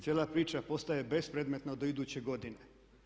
Cijela priča postaje bespredmetna do iduće godine.